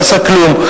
לא עשה כלום,